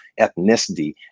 ethnicity